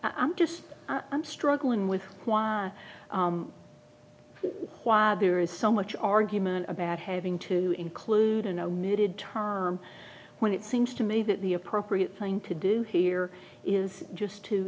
i'm just i'm struggling with why there is so much argument about having to include a no mid term when it seems to me that the appropriate thing to do here is just to